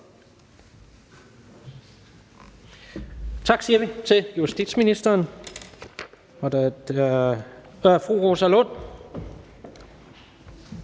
Tak, siger vi til justitsministeren.